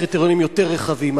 לקריטריונים יותר רחבים?